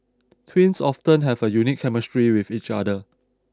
twins often have a unique chemistry with each other